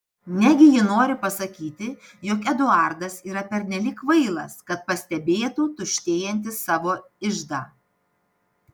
negi ji nori pasakyti jog eduardas yra pernelyg kvailas kad pastebėtų tuštėjantį savo iždą